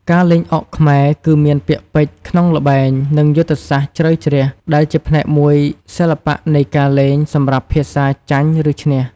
ការលេងអុកខ្មែរ គឺមានពាក្យពេចន៍ក្នុងល្បែង និងយុទ្ធសាស្ត្រជ្រៅជ្រះ ដែលជាផ្នែកមួយសិល្បៈនៃការលេង សម្រាប់ភាសា ចាញ់ ឬ ឈ្នះ។